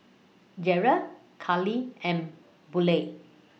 Jerrica Kalie and Buelah